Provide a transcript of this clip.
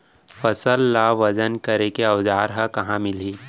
फसल ला वजन करे के औज़ार हा कहाँ मिलही?